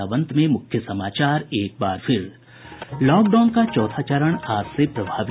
और अब अंत में मुख्य समाचार लॉकडाउन का चौथा चरण आज से प्रभावी